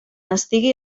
estigui